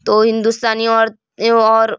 تو ہندوستانی عورتیں اور